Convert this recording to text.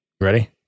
Ready